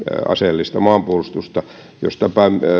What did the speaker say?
aseellista maanpuolustusta josta